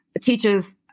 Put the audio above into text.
teaches